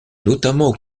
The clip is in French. notamment